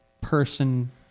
person